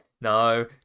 No